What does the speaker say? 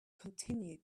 continued